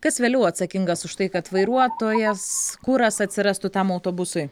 kas vėliau atsakingas už tai kad vairuotojas kuras atsirastų tam autobusui